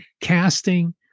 casting